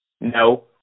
no